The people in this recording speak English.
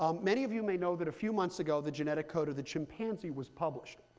um many of you may know that a few months ago the genetic code of the chimpanzee was published.